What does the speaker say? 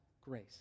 grace